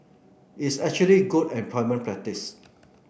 it's actually good employment practice